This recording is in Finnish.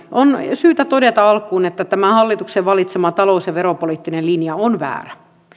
on syytä todeta alkuun että tämä hallituksen valitsema talous ja veropoliittinen linja on väärä